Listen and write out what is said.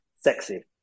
sexy